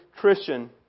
Christian